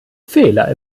fehler